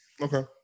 okay